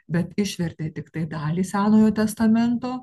bet išvertė tiktai dalį senojo testamento